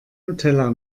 nutella